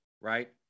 right